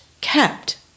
kept